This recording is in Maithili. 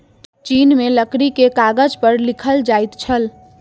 चीन में लकड़ी के कागज पर लिखल जाइत छल